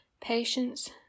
patience